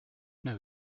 know